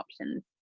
options